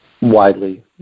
widely